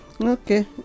Okay